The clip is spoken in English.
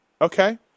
Okay